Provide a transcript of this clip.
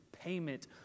payment